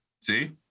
See